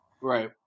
Right